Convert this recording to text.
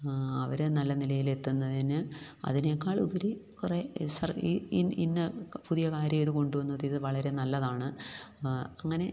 അവര് നല്ല നിലയിലെത്തുന്നതിന് അതിനേക്കാളുപരി കുറെ ഇന്ന പുതിയ കാര്യം ഇത് കൊണ്ടുവന്നു ഇത് വളരെ നല്ലതാണ് അങ്ങനെ